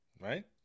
right